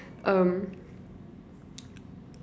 um